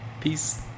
Peace